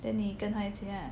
then 你跟他一起啦